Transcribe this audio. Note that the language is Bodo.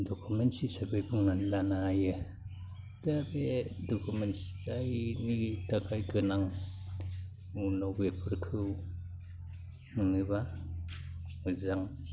दकुमेन्ट हिसाबै बुंनानै लानो हायो दा बे दकुमेन्टआ जायनि थाखाय गोनां उनाव बेफोरखौ मोनोबा मोजां